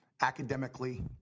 academically